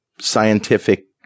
scientific